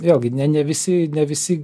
vėlgi ne ne visi ne visi